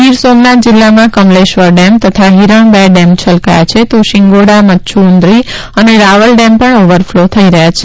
ગીર સોમનાથ જિલ્લામાં કમલેશ્વર ડેમ તથા હીરણ બે ડેમ છલકાયા છે તો શિંગોડા મચ્છુન્દ્રી તથા રાવલ ડેમ પણ ઓવરફ્લો થઈ રહ્યાં છે